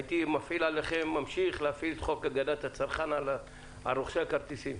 הייתי ממשיך להפעיל עליכם את חוק הגנת הצרכן לגבי רוכשי הכרטיסים.